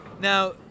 now